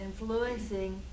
influencing